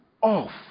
off